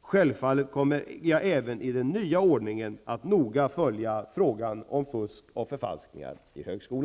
Självfallet kommer jag även i den nya ordningen att noga följa frågan om fusk och förfalskningar i högskolan.